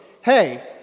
hey